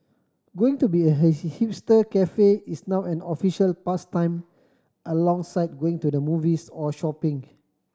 going to be a hipster cafe is now an official pastime alongside going to the movies or shopping